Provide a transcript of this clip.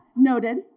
Noted